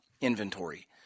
inventory